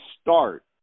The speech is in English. start